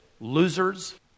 losers